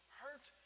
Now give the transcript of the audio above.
hurt